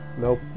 nope